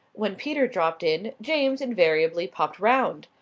when peter dropped in, james invariably popped round.